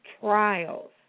trials